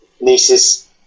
nieces